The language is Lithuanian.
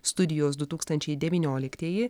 studijos du tūkstančiai devynioliktieji